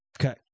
Okay